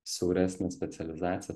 siauresnė specializacija